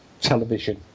television